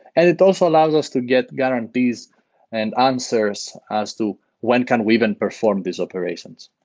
and it also allows us to get guarantees and answers as to when can we even perform these operations.